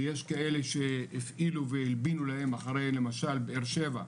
ויש כאלה שהפעילו והלבינו להם אחרי למשל באר שבע,